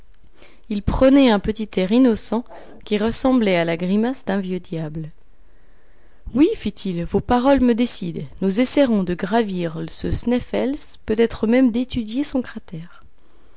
il prenait un petit air innocent qui ressemblait à la grimace d'un vieux diable oui fit-il vos paroles me décident nous essayerons de gravir ce sneffels peut-être même d'étudier son cratère